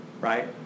right